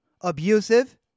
abusive